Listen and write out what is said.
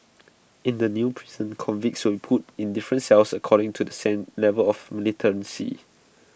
in the new prison convicts will be put in different cells according to the same level of militancy